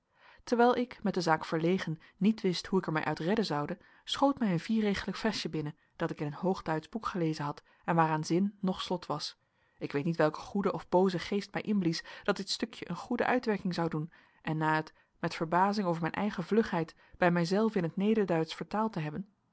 terwijl ik met de zaak verlegen niet wist hoe ik er mij uit redden zoude schoot mij een vierregelig versje te binnen dat ik in een hoog duitsch boek gelezen had en waaraan zin noch slot was ik weet niet welke goede of booze geest mij inblies dat dit stukje een goede uitwerking zou doen en na het met verbazing over mijn eigen vlugheid bij mijzelf in t nederduitsch vertaald te hebben